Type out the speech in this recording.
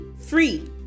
free